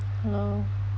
hello